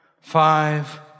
five